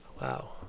wow